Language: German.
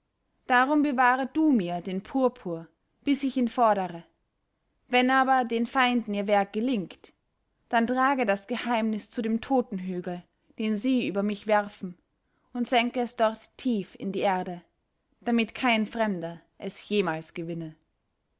darum bewahre du mir den purpur bis ich ihn fordere wenn aber den feinden ihr werk gelingt dann trage das geheimnis zu dem totenhügel den sie über mich werfen und senke es dort tief in die erde damit kein fremder es jemals gewinne